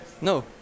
No